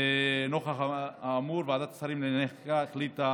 נוכח האמור, ועדת השרים לענייני חקיקה החליטה